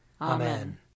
Amen